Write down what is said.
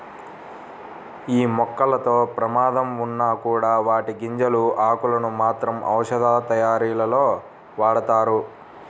యీ మొక్కలతో ప్రమాదం ఉన్నా కూడా వాటి గింజలు, ఆకులను మాత్రం ఔషధాలతయారీలో వాడతారు